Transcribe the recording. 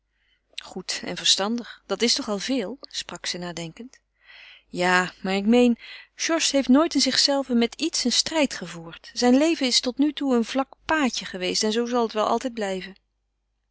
goed en verstandig dat is toch al veel sprak ze nadenkend ja maar ik meen georges heeft nooit in zichzelve met iets een strijd gevoerd zijn leven is tot nu toe een vlak paadje geweest en zoo zal het wel altijd blijven